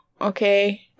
okay